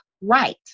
right